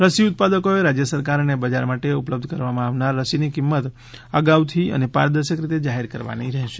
રસી ઉત્પાદકોએ રાજ્ય સરકાર અને બજાર માટે ઉપલબ્ધ કરવામાં આવનાર રસીની કિંમત અગાઉથી અને પારદર્શક રીતે જાહેર કરવાની રહેશે